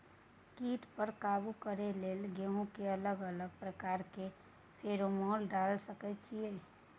कीट पर काबू करे के लेल गेहूं के अलग अलग प्रकार के फेरोमोन डाल सकेत छी की?